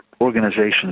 organizations